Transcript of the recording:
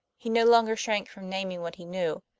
he no longer shrank from naming what he knew.